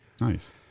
nice